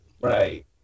right